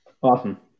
Awesome